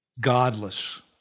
Godless